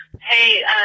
Hey